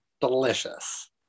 Delicious